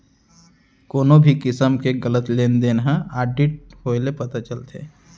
कोनो भी किसम के गलत लेन देन ह आडिट होए ले पता चलथे